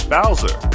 Bowser